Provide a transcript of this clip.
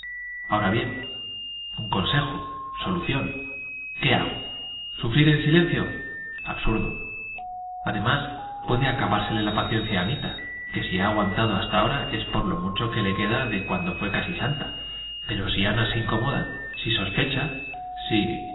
ahora bien un consejo solución qué hago sufrir en silencio absurdo además puede acabársele la paciencia a anita que si ha aguantado hasta ahora es por lo mucho que le queda de cuando fue casi santa pero si ana se incomoda si sospecha si